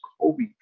Kobe